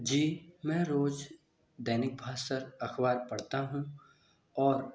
जी मैं रोज दैनिक भास्कर अखबार पढ़ता हूँ और